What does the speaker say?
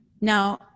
Now